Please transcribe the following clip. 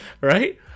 Right